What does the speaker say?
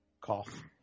Cough